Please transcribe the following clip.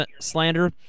slander